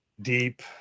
deep